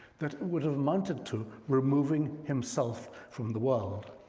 that it would've amounted to removing himself from the world.